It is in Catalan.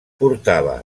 portava